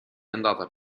andata